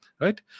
right